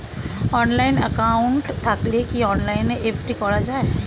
Online account থাকলে কি অনলাইনে এফ.ডি করা যায়?